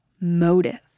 motive